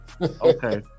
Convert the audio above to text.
Okay